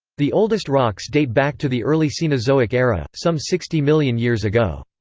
the oldest rocks date back to the early cenozoic era, some sixty million years ago.